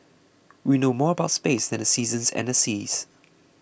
we know more about space than the seasons and the seas